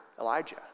Elijah